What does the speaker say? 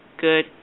good